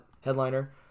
headliner